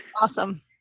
Awesome